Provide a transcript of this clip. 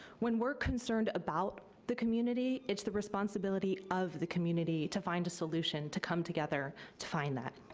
when we're concerned about the community, it's the responsibility of the community to find a solution, to come together to find that.